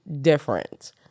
different